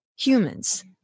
Humans